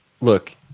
look